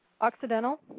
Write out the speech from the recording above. Occidental